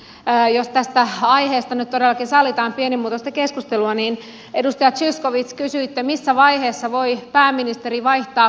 jos tästä aiheesta nyt todellakin sallitaan pienimuotoista keskustelua niin edustaja zyskowicz kysyitte missä vaiheessa voi pääministeri vaihtaa pestiä